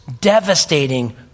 devastating